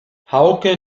hauke